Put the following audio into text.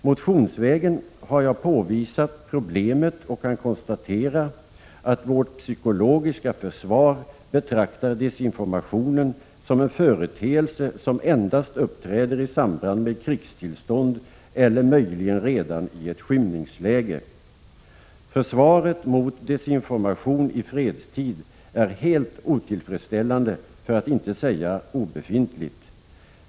Motionsvägen har jag påvisat problemet och kan konstatera att vårt psykologiska försvar betraktar desinformation som en företeelse som endast uppträder i samband med krigstillstånd eller möjligen redan i ett skymningsläge. Försvaret mot desinformation i fredstid är helt otillfredsställande, för att inte säga obefintligt.